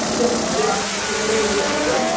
اچھا مجھے آپ سب سے پہلے یہ بتائیے گا